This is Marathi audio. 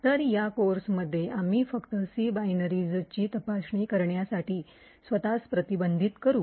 तर या कोर्समध्ये आम्ही फक्त C बायनरीजची तपासणी करण्यासाठी स्वतःस प्रतिबंधित करू